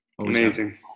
amazing